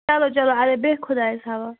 چلو چلو اَدَے بیٚہہ خۄدایَس حوالہٕ